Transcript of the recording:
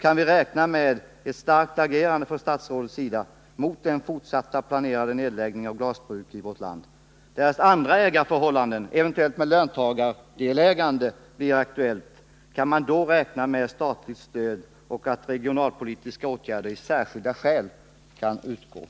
Kan vi räkna med ett starkt agerande från statsrådets sida mot den planerade fortsatta nedläggningen av glasbruk i vårt land? Därest andra ägarförhållanden, eventuellt med löntagardeltagande, blir aktuella, kan man då räkna med statligt stöd och med att regionalpolitiska åtgärder av ”särskilda skäl” kan vidtas?